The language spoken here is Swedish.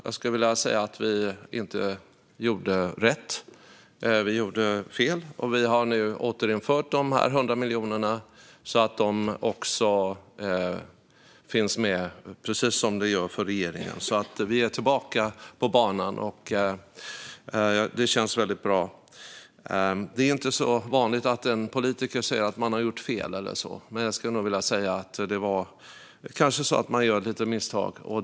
Jag skulle vilja säga att vi inte gjorde rätt. Vi gjorde fel. Vi har nu återinfört de 100 miljonerna så att de finns med precis som de gör för regeringen. Vi är alltså tillbaka på banan, och det känns väldigt bra. Det är ju inte så vanligt att en politiker säger att man har gjort fel, men jag skulle nog vilja säga att det kanske var så att man gjorde ett litet misstag.